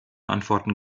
antworten